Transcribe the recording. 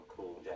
Cool